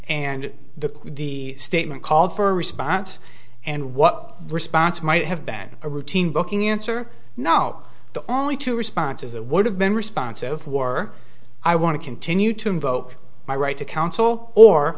and the the statement called for a response and what response might have been a routine booking answer no the only two responses that would have been responsive war i want to continue to invoke my right to counsel or